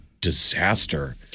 disaster